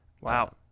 Wow